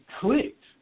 clicked